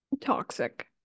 toxic